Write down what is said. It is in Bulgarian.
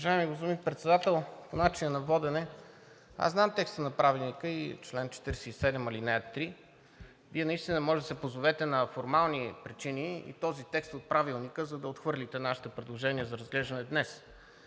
Уважаеми господин Председател – по начина на водене. Аз знам текста на Правилника за чл. 47, ал. 3. Вие наистина може да се позовете на формални причини и на този текст от Правилника, за да отхвърлите нашите предложения за разглеждане за днес.